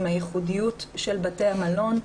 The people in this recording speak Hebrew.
עם הייחודיות של בתי המלון,